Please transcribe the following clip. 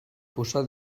posar